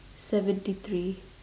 seventy three